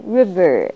River